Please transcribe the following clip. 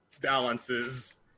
balances